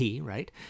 right